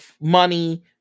money